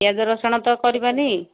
ପିଆଜ ରସୁଣ ତ କରିବାନି